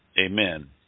amen